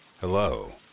Hello